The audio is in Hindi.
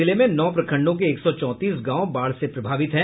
जिले में नौ प्रखंडों के एक सौ चौंतीस गांव बाढ़ से प्रभावित हैं